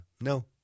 No